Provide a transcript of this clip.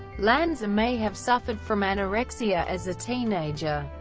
lanza may have suffered from anorexia as a teenager.